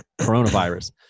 coronavirus